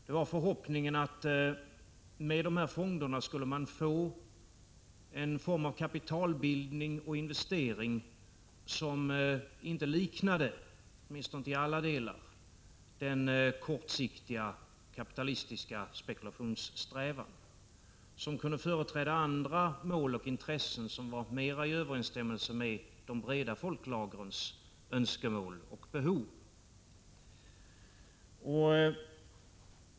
Det var förhoppningen att det med dessa fonder skulle skapas en form av kapitalbildning och investering som inte liknade, åtminstone inte till alla delar, den kortsiktiga, kapitalistiska spekulationssträvan, som kunde företräda andra mål och intressen som var mera i överensstämmelse med de breda folklagrens önskemål och behov.